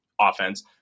offense